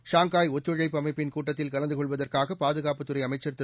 Shanghai ஒத்துழைப்பு அமைப்பின் கூட்டத்தில் கலந்து கொள்வதற்காக பாதுகாப்புத் துறை அமைச்சர் திரு